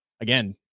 again